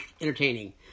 entertaining